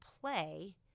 play